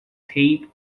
tape